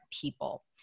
people